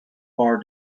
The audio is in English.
far